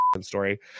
story